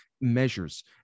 measures